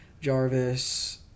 Jarvis